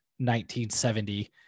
1970